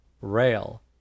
rail